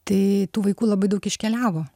tai tų vaikų labai daug iškeliavo